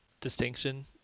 distinction